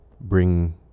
bring